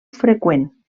freqüent